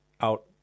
out